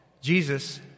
Jesus